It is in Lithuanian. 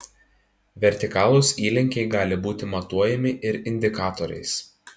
vertikalūs įlinkiai gali būti matuojami ir indikatoriais